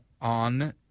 on